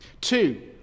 Two